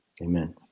Amen